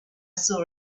saw